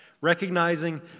recognizing